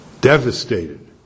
devastated